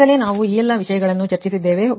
ಈಗಾಗಲೇ ನಾವು ಈ ಎಲ್ಲ ವಿಷಯಗಳನ್ನು ಚರ್ಚಿಸಿದ್ದೇವೆ